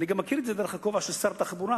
אני גם מכיר את זה דרך הכובע של שר התחבורה,